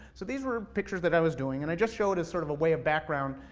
so these were pictures that i was doing. and i just show it as, sort of, a way of background,